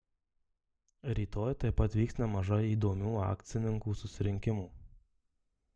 rytoj taip pat vyks nemažai įdomių akcininkų susirinkimų